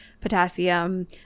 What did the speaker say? potassium